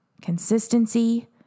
Consistency